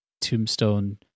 Tombstone